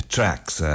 Tracks